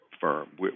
firm